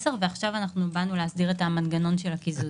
ועכשיו באנו להסדיר את המנגנון של הקיזוז.